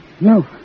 no